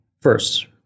First